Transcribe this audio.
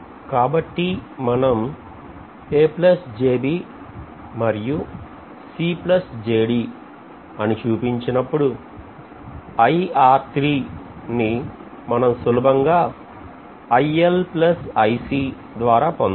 కాబట్టి మనం మరియు అని చూపించినప్పుడు నీ మనం సులభంగా గా ద్వారా పొందొచ్చు